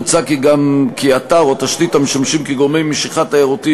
מוצע כי אתר או תשתית המשמשים גורמי משיכה תיירותיים,